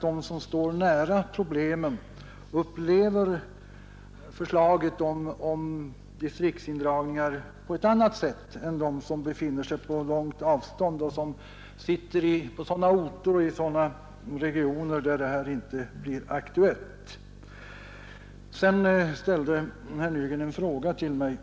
De som står nära problemen upplever naturligtvis förslagen om distriktsindragningar på annat sätt än de som bor i sådana regioner där det inte blir aktuellt med indragningar. Herr Nygren frågade mig